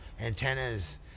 antennas